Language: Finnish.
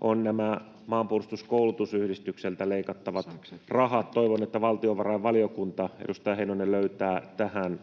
on nämä Maanpuolustuskoulutusyhdistykseltä leikattavat rahat. Toivon, että valtiovarainvaliokunta, edustaja Heinonen, löytää tähän